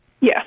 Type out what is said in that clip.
Yes